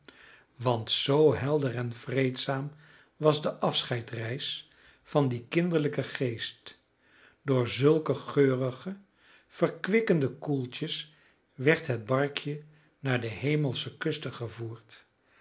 want zoo helder en vreedzaam was de afscheidsreis van dien kinderlijken geest door zulke geurige verkwikkelijke koeltjes werd het barkje naar de hemelsche kusten gevoerd dat